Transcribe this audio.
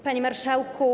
Panie Marszałku!